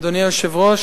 אדוני היושב-ראש,